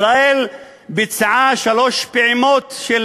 ישראל ביצעה שלוש פעימות של